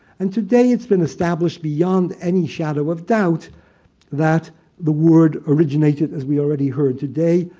and today it's been established beyond any shadow of doubt that the word originated, as we already heard today,